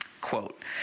Quote